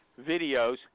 videos